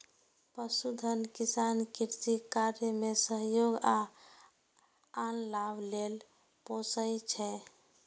पशुधन किसान कृषि कार्य मे सहयोग आ आन लाभ लेल पोसय छै